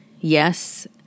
Yes